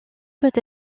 peut